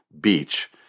beach